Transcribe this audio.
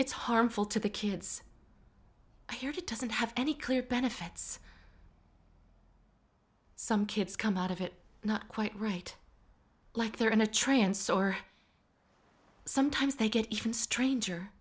it's harmful to the kids here to doesn't have any clear benefits some kids come out of it not quite right like they're in a trance or sometimes they get even stranger